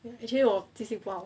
actually 我记性不好